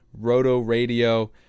ROTORADIO